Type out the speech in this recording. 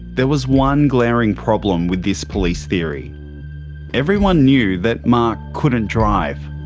there was one glaring problem with this police theory everyone knew that mark couldn't drive.